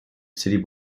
city